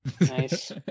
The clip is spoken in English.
Nice